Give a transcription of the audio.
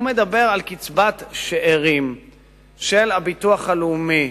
הוא מדבר על קצבת שאירים של הביטוח הלאומי,